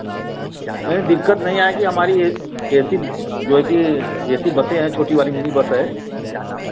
नहीं दिक्कत नहीं आएगी हमारी ए ए सी जो कि ए सी बसें हैं छोटी वाली मिनी बस है